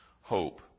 hope